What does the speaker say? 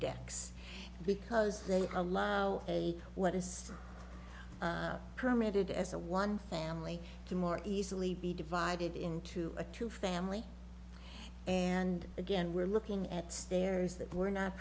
x because they allow a what is permitted as a one family to more easily be divided into a two family and again we're looking at stairs that were not